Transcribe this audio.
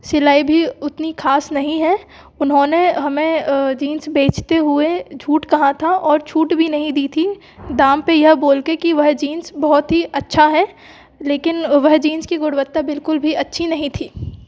सिलाई भी उतनी ख़ास नहीं है उन्होंने हमें जीन्स बेचते हुए झूठ कहा था और छूट भी नहीं दी थी दाम पर यह बोल के कि वह जीन्स बहुत ही अच्छा है लेकिन वह जीन्स की गुणवत्ता बिल्कुल भी अच्छी नहीं थी